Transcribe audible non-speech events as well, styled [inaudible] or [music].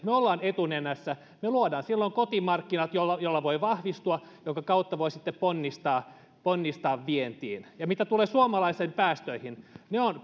[unintelligible] me olemme etunenässä me luomme silloin kotimarkkinat joilla voi vahvistua minkä kautta voi sitten ponnistaa ponnistaa vientiin mitä tulee suomalaisten päästöihin ne ovat [unintelligible]